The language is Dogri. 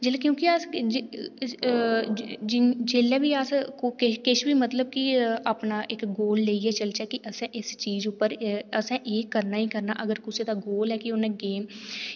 जिल्लै क्यूंकि अस जेल्लै बी असजेल्लैअस किश बी मतलब कि अपना इक गोल लेइयै चलचै कि असें इस चीज उप्पर असें एह् करना ही करना अगर कुसै दा गोल ऐ कि उ'नै गेम